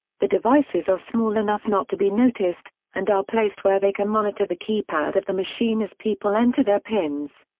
the devices are small enough not to be noticed, and are placed where they can monitor the keypad of the machine as people enter their pins.